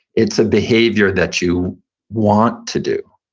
it's a behavior that you want to do.